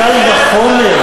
מקל וחומר.